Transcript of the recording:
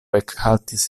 ekhaltis